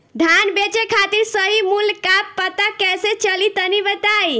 धान बेचे खातिर सही मूल्य का पता कैसे चली तनी बताई?